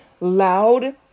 loud